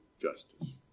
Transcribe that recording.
justice